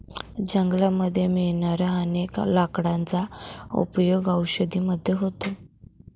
जंगलामध्ये मिळणाऱ्या अनेक लाकडांचा उपयोग औषधी मध्ये होतो